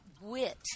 wit